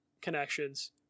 connections